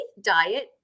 diet